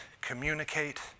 communicate